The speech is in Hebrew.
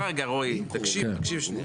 שנייה רגע, רואי, תקשיב שנייה.